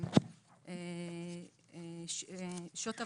שעות עבודה,